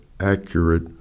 Accurate